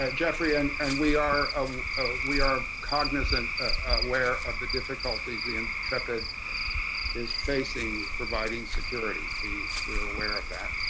ah jeffrey, and and we are ah ah we are cognizant where of the difficulties the intrepid is facing providing security we were aware of that.